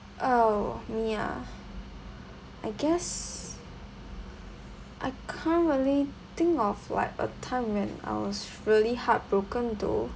oh me ah I guess I can't really think of what a time when I was really heartbroken though